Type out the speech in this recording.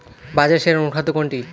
বাজারে সেরা অনুখাদ্য কোনটি?